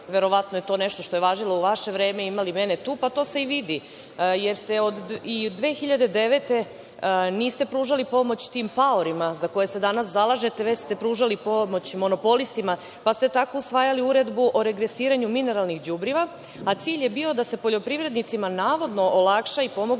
Verovatno je to nešto što je važilo u vaše vreme i „ima li mene tu“. To se i vidi, jer ni 2009. godine niste pružali pomoć tim paorima za koje se danas zalažete, već ste pružali pomoć monopolistima, pa ste tako usvajali Uredbu o regresiranju mineralnih đubriva, a cilj je bio da se poljoprivrednicima navodno olakša i pomogne